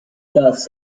thus